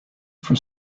for